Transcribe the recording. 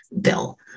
bill